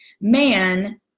man